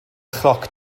chloc